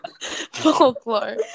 folklore